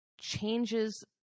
changes